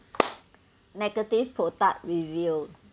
negative product review